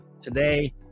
today